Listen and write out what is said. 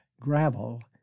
gravel